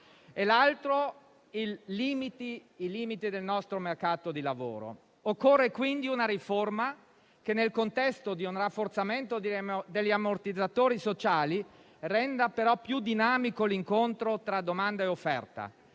dai limiti del nostro mercato del lavoro. Occorre, quindi, una riforma che nel contesto di un rafforzamento degli ammortizzatori sociali renda più dinamico l'incontro tra domanda e offerta.